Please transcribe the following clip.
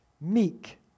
meek